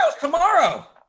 tomorrow